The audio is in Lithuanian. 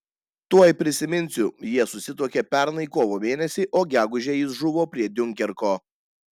tuoj prisiminsiu jie susituokė pernai kovo mėnesį o gegužę jis žuvo prie diunkerko